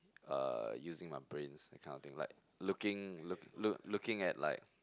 uh using my brains that kind of thing like looking look look looking at like